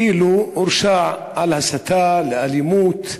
כאילו הורשע על הסתה לאלימות.